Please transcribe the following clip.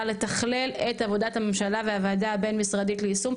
לתכלל את עבודת הממשלה והוועדה הבין-משרדית ליישום,